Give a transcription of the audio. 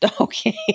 Okay